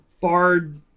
bard